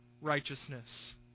righteousness